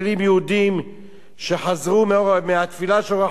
שחזרו מהתפילה של "אור החיים" הקדוש,